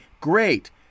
great